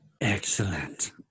Excellent